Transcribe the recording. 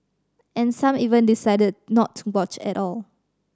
and some even decided not to watch at all